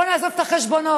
בואו נעזוב את החשבונות.